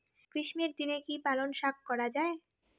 গ্রীষ্মের দিনে কি পালন শাখ করা য়ায়?